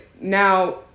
now